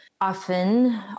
often